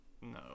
No